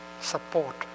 support